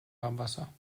warmwasser